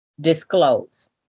disclose